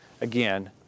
again